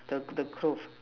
the the cloth